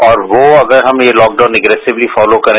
और वो अगर हम ये तॉकडाउन एग्रीसीवती फॉलो करें